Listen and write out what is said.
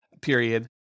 period